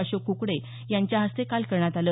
अशोक क्कडे यांच्या हस्ते काल करण्यात आलं